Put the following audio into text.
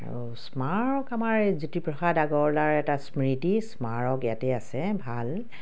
আৰু স্মাৰক আমাৰ জ্যোতিপ্ৰসাদ আগৰৱালাৰ এটা স্মৃতি স্মাৰক ইয়াতে আছে ভাল